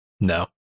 no